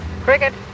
Cricket